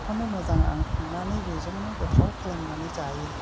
बेखौनो मोजां आं संनानै बेजोंनो गोथाव खालामनानै जायो